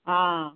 ਹਾਂ